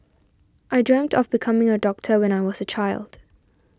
I dreamt of becoming a doctor when I was a child